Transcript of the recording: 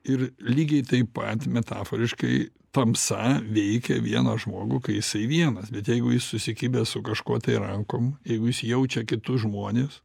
ir lygiai taip pat metaforiškai tamsa veikia vieną žmogų kai jisai vienas bet jeigu jis susikibęs su kažkuo tai rankom jeigu jis jaučia kitus žmones